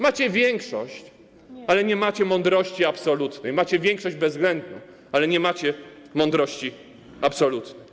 Macie większość, ale nie macie mądrości absolutnej, macie większość bezwzględną, ale nie macie mądrości absolutnej.